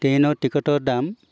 ট্ৰেইনৰ টিকটৰ দাম